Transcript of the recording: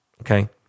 okay